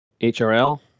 HRL